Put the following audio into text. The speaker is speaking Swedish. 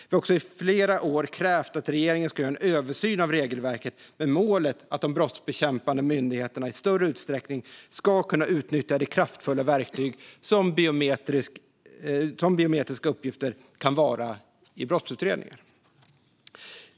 Vi har också i flera år krävt att regeringen ska göra en översyn av regelverket med målet att de brottsbekämpande myndigheterna i större utsträckning ska kunna utnyttja det kraftfulla verktyg som biometriska uppgifter kan vara i brottsutredningar.